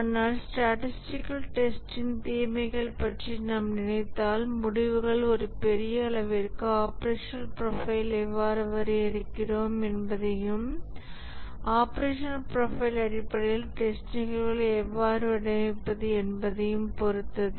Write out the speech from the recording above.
ஆனால் ஸ்டடிஸ்டிகல் டெஸ்ட்டின் தீமைகள் பற்றி நாம் நினைத்தால் முடிவுகள் ஒரு பெரிய அளவிற்கு ஆபரேஷனல் ப்ரொஃபைல் எவ்வாறு வரையறுக்கிறோம் என்பதையும் ஆபரேஷனல் ப்ரொஃபைல் அடிப்படையில் டெஸ்ட் நிகழ்வுகளை எவ்வாறு வடிவமைப்பது என்பதையும் பொறுத்தது